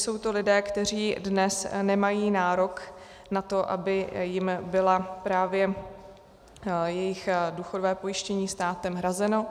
Protože jsou to lidé, kteří dnes nemají nárok na to, aby jim bylo právě jejich důchodové pojištění státem hrazeno.